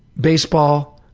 baseball,